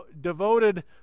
devoted